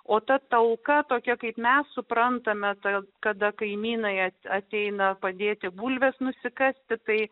o ta talka tokia kaip mes suprantame tai kada kaimynai jas ateina padėti bulves nusikasti tai